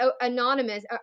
anonymous